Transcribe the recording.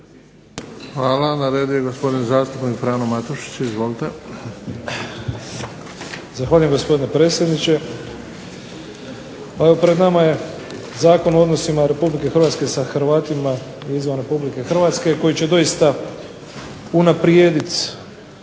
Hvala. Na redu je gospodin zastupnik Frano Matušić. Izvolite.